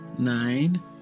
Nine